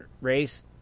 race